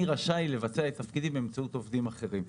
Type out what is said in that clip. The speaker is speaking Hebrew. רשאי לבצע את תפקידי באמצעות עובדים אחרים.